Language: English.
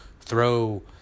throw